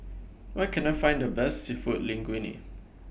Where Can I Find The Best Seafood Linguine